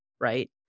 right